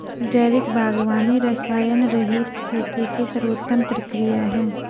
जैविक बागवानी रसायनरहित खेती की सर्वोत्तम प्रक्रिया है